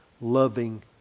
loving